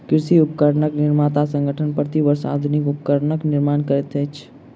कृषि उपकरण निर्माता संगठन, प्रति वर्ष आधुनिक उपकरणक निर्माण करैत अछि